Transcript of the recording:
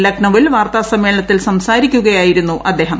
ലക്നൌവിൽ വാർത്താസമ്മേളനത്തിൽ സംസാരിക്കുകയായിരുന്നു അദ്ദേഹം